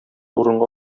урынга